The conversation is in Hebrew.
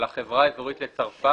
על החברה האזורית לצרפה,